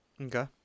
Okay